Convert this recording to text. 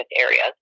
areas